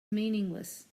meaningless